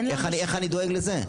איך אני דואג לזה.